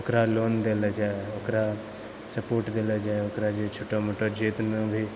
ओकरा लोन दै लेल जाय ओकरा सपोर्ट दै लेल जाय ओकरा जे छोटा मोटा जे कोनो भी